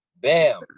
Bam